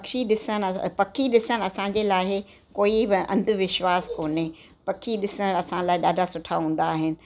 पक्षी ॾिसण पखी ॾिसण असांजे लाइ कोई अंधविश्वासु कोन्ह पखी ॾिसण असांला ॾाढा सुठा हूंदा आहिनि